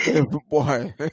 Boy